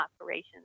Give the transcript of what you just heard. operations